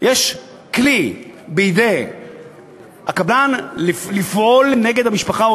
יש כלי בידי הקבלן לפעול נגד המשפחה או